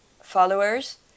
followers